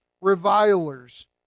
revilers